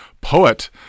poet